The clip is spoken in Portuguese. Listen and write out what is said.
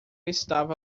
estava